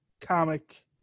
comic